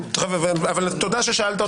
תודה ששאלת אותי.